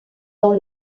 dans